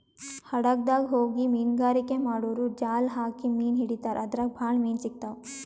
ಹಡಗ್ದಾಗ್ ಹೋಗಿ ಮೀನ್ಗಾರಿಕೆ ಮಾಡೂರು ಜಾಲ್ ಹಾಕಿ ಮೀನ್ ಹಿಡಿತಾರ್ ಅದ್ರಾಗ್ ಭಾಳ್ ಮೀನ್ ಸಿಗ್ತಾವ್